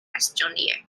estonia